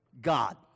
God